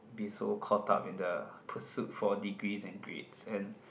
be so caught up in the pursuit for degrees and grades and